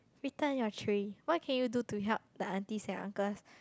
return your tray what can you do to help the aunties uncles